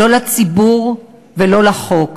לא לציבור ולא לחוק,